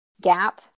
gap